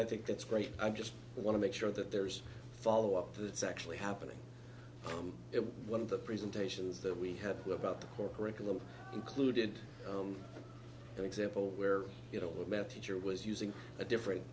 i think that's great i just want to make sure that there's a follow up that's actually happening if one of the presentations that we had about the core curriculum included an example where you know a math teacher was using a different